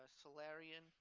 Solarian